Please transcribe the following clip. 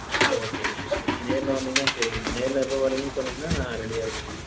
ஓகேங்க நீங்கள் நேரில் வந்தீங்கன்னா தெரியும்ங்க நேரில் எப்போ வர்றீங்கன்னு சொன்னீங்கன்னா நான் ரெடியாக இருப்பேன்ங்க